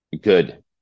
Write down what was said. good